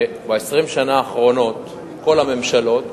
ב-20 השנה האחרונות כל הממשלות